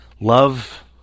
Love